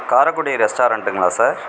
காரைக்குடி ரெஸ்டாரெண்ட்டுங்களா சார்